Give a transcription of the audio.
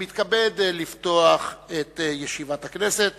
אני מתכבד לפתוח את ישיבת הכנסת,